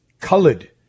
colored